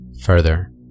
Further